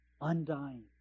Undying